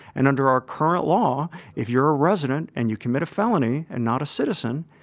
and under our current law, if you're a resident and you commit a felony, and not a citizen,